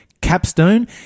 capstone